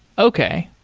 okay,